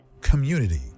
Community